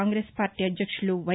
Congress party అధ్యక్షులు why